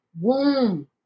womb